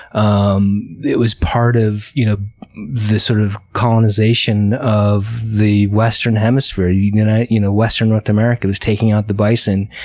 um it was part of you know the sort of colonization of the western hemisphere. you know you know western north america was taking out the bison.